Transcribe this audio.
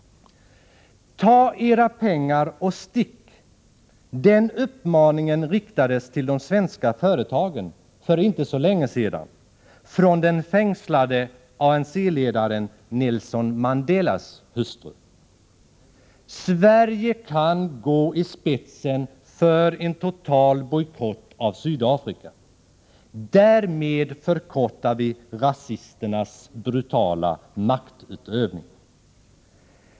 Ta era pengar och stick, den uppmaningen riktades till de svenska företagen för inte så länge sedan från den fängslade ANC-ledaren Nelson Mandelas hustru. Sverige kan gå i spetsen för en total bojkott av Sydafrika — därmed förkortar vi rasisternas brutala maktutövning.